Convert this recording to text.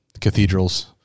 cathedrals